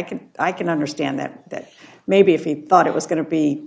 can i can understand that that maybe if he thought it was going to be